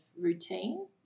routine